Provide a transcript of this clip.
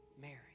Mary